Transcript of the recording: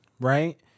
right